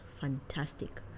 fantastic